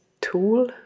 tool